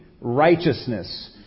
righteousness